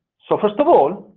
so first of all,